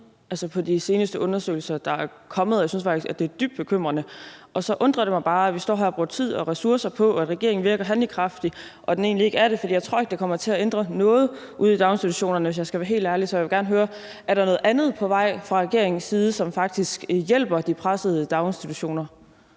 se på de seneste undersøgelser, der er kommet, og jeg synes faktisk, at det er dybt bekymrende. Og så undrer det mig bare, at vi står her og bruger tid og ressourcer på, at regeringen virker handlekraftig, og at den egentlig ikke er det, for jeg tror ikke, det kommer til at ændre noget ude i daginstitutionerne, hvis jeg skal være helt ærlig. Så jeg vil gerne høre: Er der noget andet på vej fra regeringens side, som faktisk hjælper de pressede daginstitutioner?